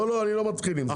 לא, לא, אני לא מתחיל עם זה.